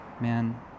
Man